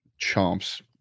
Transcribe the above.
chomps